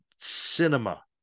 cinema